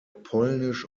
polnisch